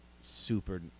super